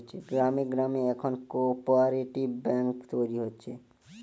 গ্রামে গ্রামে এখন কোপরেটিভ বেঙ্ক তৈরী হচ্ছে